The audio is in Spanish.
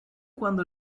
cuando